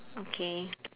okay